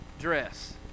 dress